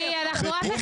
אני רוצה